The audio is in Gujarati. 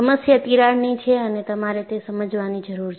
સમસ્યા તિરાડની છે અને તમારે તે સમજવાની જરૂર છે